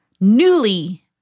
newly